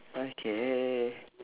okay